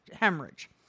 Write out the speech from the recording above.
hemorrhage